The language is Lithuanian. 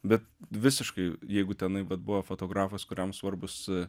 bet visiškai jeigu tenai vat buvo fotografas kuriam svarbūs